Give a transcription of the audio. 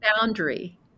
boundary